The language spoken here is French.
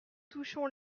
touchons